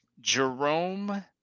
jerome